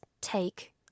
take